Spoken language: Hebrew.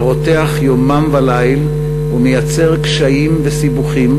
הרותח יומם וליל ומייצר קשיים וסיבוכים,